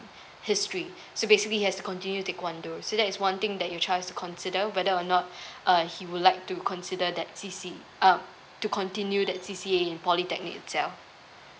history so basically he has to continue taekwondo so that is one thing that you child is consider whether or not uh he would like to consider that C_C um to continue that C_C_A in polytechnic itself